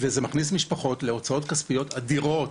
וזה מכניס משפחות להוצאות כספיות אדירות.